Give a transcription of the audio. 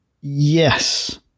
Yes